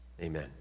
Amen